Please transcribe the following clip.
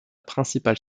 principale